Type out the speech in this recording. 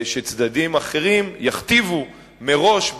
שצדדים אחרים יכתיבו מראש,